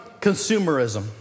consumerism